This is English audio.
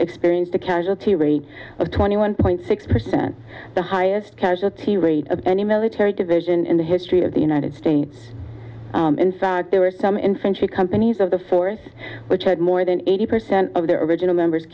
experienced a casualty rate of twenty one point six percent the highest casualty rate of any military division in the history of the united states in fact there were some infantry companies of the force which had more than eighty percent of their original members